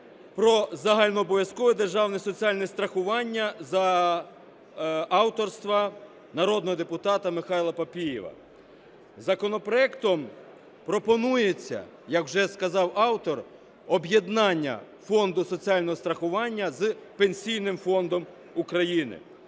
про загальнообов’язкове державне соціальне страхування за авторства народного депутата Михайла Папієва. Законопроектом пропонується, як вже сказав автор, об'єднання Фонду соціального страхування з Пенсійним фондом України.